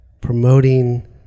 promoting